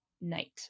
night